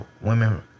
women